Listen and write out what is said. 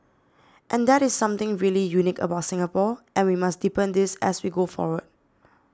and that is something really unique about Singapore and we must deepen this as we go forward